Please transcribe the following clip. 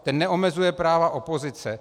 Ten neomezuje práva opozice.